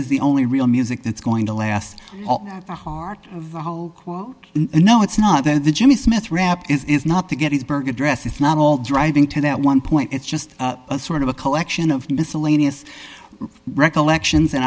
is the only real music that's going to last the heart no it's not the jimmy smith rap is not the gettysburg address it's not all driving to that one point it's just sort of a collection of miscellaneous recollections and